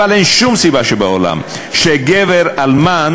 אבל אין שום סיבה שבעולם שגבר אלמן,